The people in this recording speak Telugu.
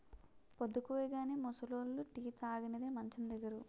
పొద్దుకూయగానే ముసలోళ్లు టీ తాగనిదే మంచం దిగరు